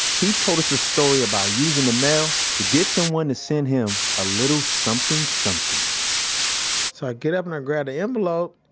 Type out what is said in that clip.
he told us a story about using the mail to get someone to send him a little something something so i get up and i grab the envelope,